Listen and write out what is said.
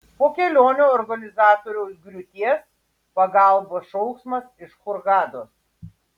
po kelionių organizatoriaus griūties pagalbos šauksmas iš hurgados